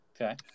Okay